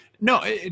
No